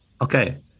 Okay